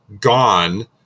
gone